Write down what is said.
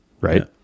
Right